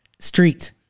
Street